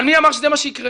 אבל מי אמר שזה מה שיקרה?